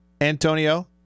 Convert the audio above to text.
Antonio